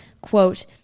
quote